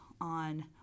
on